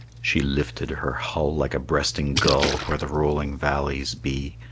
she lifted her hull like a breasting gull where the rolling valleys be,